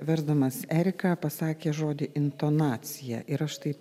versdamas eriką pasakė žodį intonacija ir aš taip